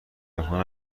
وفا